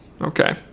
Okay